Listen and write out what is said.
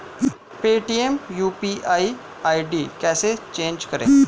Paytm UPI ID कैसे change करें?